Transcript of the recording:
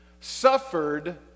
suffered